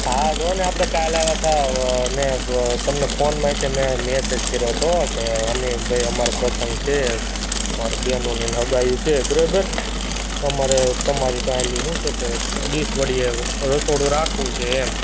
હા જુઓ ને આપણે કાલે આવ્યા હતા અને તમને ફોનમાંય તે મેં મેસેજ કર્યો હતો કે અમીનભાઈ અમારે પ્રસંગ છે તે અમારી બેનોની ને સગાઈઓ છે બરાબર છે તો અમારે તમારી પાસેથી શું છે કે ડીશ વળી રસોડું રાખવું છે એમ